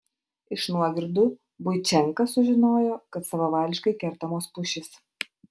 iš nuogirdų buičenka sužinojo kad savavališkai kertamos pušys